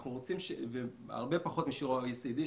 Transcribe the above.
הרבה פחות משיעור ה-OECD,